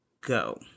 go